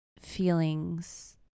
feelings